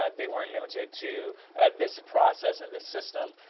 um they weren't limited to this process in the system.